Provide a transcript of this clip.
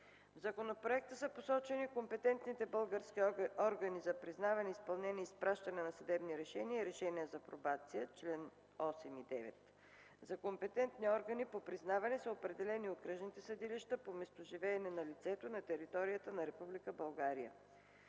В законопроекта са посочени компетентните български органи за признаване, изпълнение и изпращане на съдебни решения и решения за пробация (чл. 8 и 9). За компетентни органи по признаване са определени окръжните съдилища по местоживеене на лицето на територията на